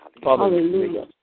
Hallelujah